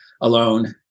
alone